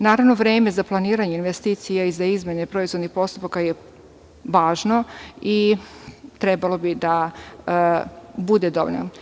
Naravno, vreme za planiranje investicija i za izmene proizvodnih postupaka je važno i trebalo bi da bude dovoljno.